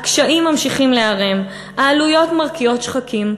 הקשיים ממשיכים להיערם, העלויות מרקיעות שחקים,